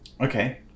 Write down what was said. okay